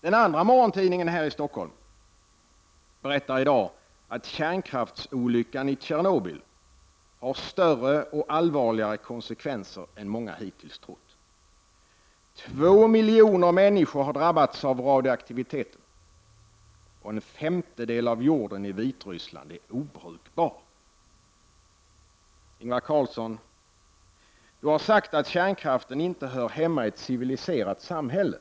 Den andra morgontidningen här i Stockholm berättar i dag att ”Kärnkraftsolyckan i Tjernobyl har större och allvarligare konsekvenser än många hittills trott.” Två miljoner människor har drabbats av radioaktiviteten och en femtedel av jorden i Vitryssland är obrukbar. Ingvar Carlsson har sagt att kärnkraften inte hör hemma i ett civiliserat samhälle.